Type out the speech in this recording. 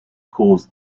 cause